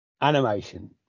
animation